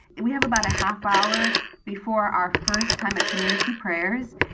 and we have about a half hour before our first time at community prayers.